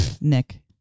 Nick